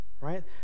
right